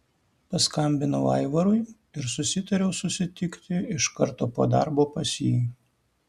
paskambinau aivarui ir susitariau susitikti iš karto po darbo pas jį